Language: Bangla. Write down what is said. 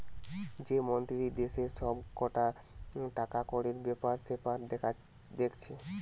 যে মন্ত্রী দেশের সব কটা টাকাকড়ির বেপার সেপার দেখছে